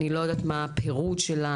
אני לא יודעת מה הפירוט של,